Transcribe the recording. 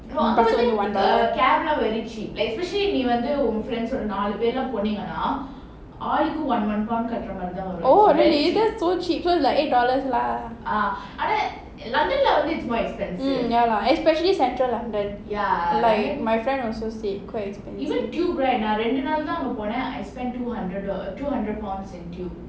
bus only one dollar oh really that's so cheap so like three dollars lah mm ya lah especially central london like my friend also said quite expensive